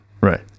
Right